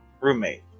Roommate